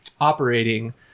operating